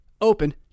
open